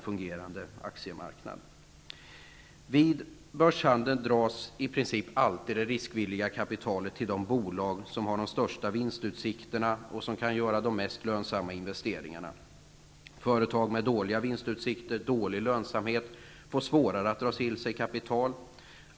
Vid börshandel dras i princip alltid det riskvilliga kapitalet till de bolag som har de största vinstutsikterna och som kan göra de mest lönsamma investeringarna. Företag med dåliga vinstutsikter och dålig lönsamhet får svårare att dra till sig kapital.